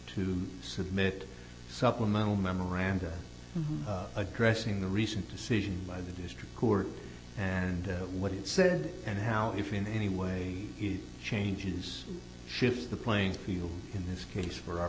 to submit supplemental memoranda addressing the recent decision by the district court and what it said and how if in any way he changes shifts the playing field in this case for our